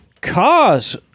cars